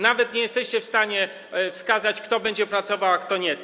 Nawet nie jesteście w stanie wskazać, kto będzie pracował, a kto nie.